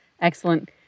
Excellent